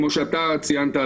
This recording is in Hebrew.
כמו שאתה ציינת,